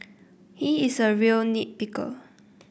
he is a real nit picker